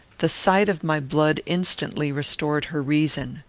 the sight of my blood instantly restored her reason.